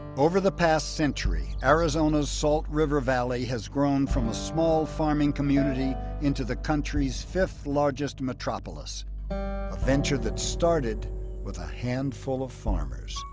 over the past century, arizona's salt river valley has grown from a small farming community into the countries fifth largest metropolis. a venture that started with a handful of farmers.